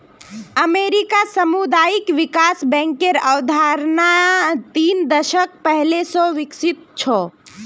अमेरिकात सामुदायिक विकास बैंकेर अवधारणा तीन दशक पहले स विकसित छ